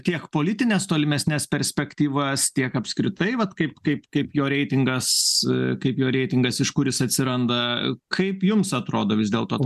tiek politines tolimesnes perspektyvas tiek apskritai vat kaip kaip kaip jo reitingas kaip jo reitingas iš kur jis atsiranda kaip jums atrodo vis dėlto